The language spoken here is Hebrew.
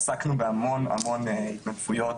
עסקנו בהמון המון התנדבויות,